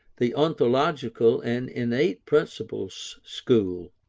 the ontological and innate principles school.